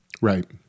Right